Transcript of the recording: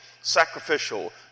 sacrificial